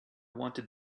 wanted